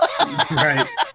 Right